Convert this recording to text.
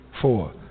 four